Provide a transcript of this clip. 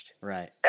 Right